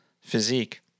physique